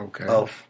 Okay